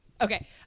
okay